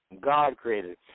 God-created